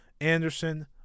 Anderson